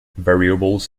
variables